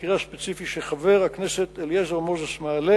המקרה הספציפי שחבר הכנסת אליעזר מוזס מעלה,